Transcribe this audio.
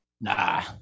Nah